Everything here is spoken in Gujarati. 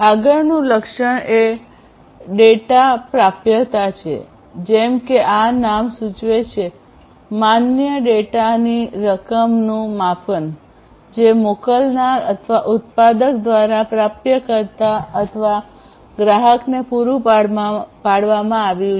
આગળનું લક્ષણ એ ડેટા પ્રાપ્યતા છે જેમ કે આ નામ સૂચવે છે માન્ય ડેટાની રકમનું માપન જે મોકલનાર અથવા ઉત્પાદક દ્વારા પ્રાપ્તકર્તા અથવા ગ્રાહકને પૂરું પાડવામાં આવ્યું છે